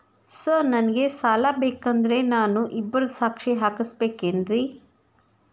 Sir ನನಗೆ ಸಾಲ ಬೇಕಂದ್ರೆ ನಾನು ಇಬ್ಬರದು ಸಾಕ್ಷಿ ಹಾಕಸಬೇಕೇನ್ರಿ?